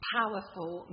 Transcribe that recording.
powerful